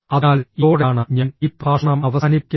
അതിനാൽ ഇതോടെയാണ് ഞാൻ ഈ പ്രഭാഷണം അവസാനിപ്പിക്കുന്നത്